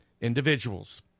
individuals